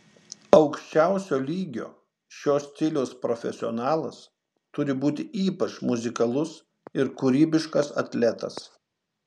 aukščiausio lygio šio stiliaus profesionalas turi būti ypač muzikalus ir kūrybiškas atletas